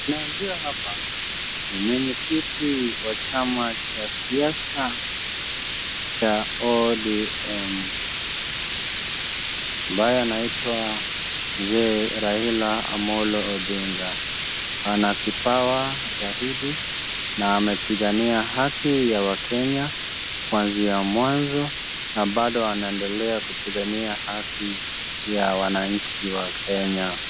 Ninayemjua hapa, ni mwenye kiti wa chama cha siasa cha ODM, ambaye anaitwa mzee Raila Amolo Odinga. Ana kipawa zaidi na amepigania haki ya wakenya kuanzia mwanzo, na bado anaendelea kupigania haki ya wananchi wa Kenya.